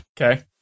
Okay